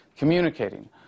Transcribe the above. communicating